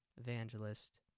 evangelist